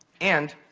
and